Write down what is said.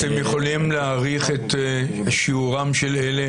אתם יכולים להעריך את שיעורם של אלה